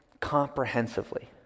comprehensively